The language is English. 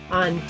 on